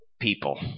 People